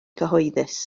cyhoeddus